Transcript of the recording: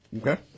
Okay